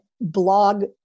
blog